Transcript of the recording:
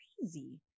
crazy